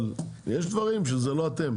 אבל יש דברים שזה לא אתם,